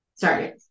sorry